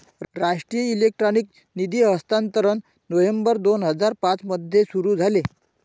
राष्ट्रीय इलेक्ट्रॉनिक निधी हस्तांतरण नोव्हेंबर दोन हजार पाँच मध्ये सुरू झाले